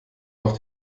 noch